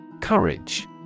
Courage